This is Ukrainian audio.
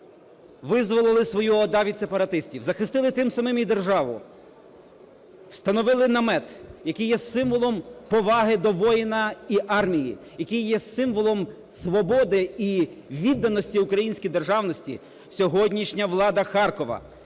визволили свою ОДА від сепаратистів, захистили тим самим і державу, встановили намет, який є символом поваги до воїна і армії, який є символом свободи і відданості українській державності, сьогоднішня влада Харкова